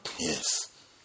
Yes